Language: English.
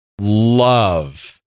love